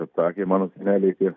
kad sakė mano seneliai tie